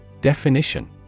Definition